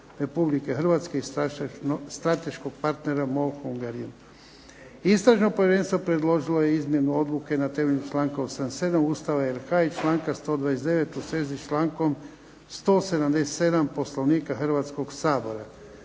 Republike Hrvatske i strateškog partnera MOL Hungarian oil. and gas plc. Istražno povjerenstvo predložilo je izmjenu odluke na temelju članka 87. Ustava RH i članka 129. u svezi s člankom 177. Poslovnika Hrvatskog sabora.